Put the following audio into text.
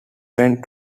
friend